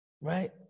right